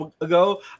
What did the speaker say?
ago